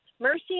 mercy